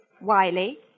Wiley